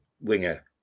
Winger